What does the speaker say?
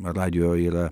radijo yra